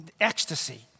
ecstasy